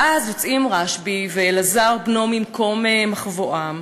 ואז יוצאים רשב"י ואלעזר בנו ממקום מחבואם.